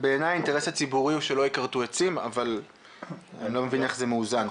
בעיני האינטרס הציבורי הוא שלא ייכרתו עצים ואני לא מבין איך זה מאוזן.